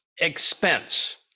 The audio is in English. expense